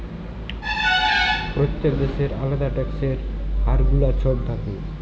প্যত্তেক দ্যাশের আলেদা ট্যাক্সের হার গুলা ছব থ্যাকে